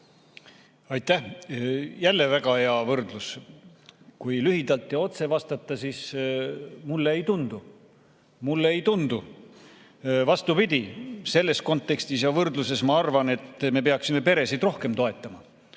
Aitäh! Jälle väga hea võrdlus. Kui lühidalt ja otse vastata, siis mulle ei tundu. Mulle ei tundu. Vastupidi, selles kontekstis ja võrdluses ma arvan, et me peaksime peresid rohkem toetama.